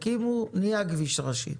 הקימו, נהיה כביש ראשי,